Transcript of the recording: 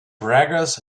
braggers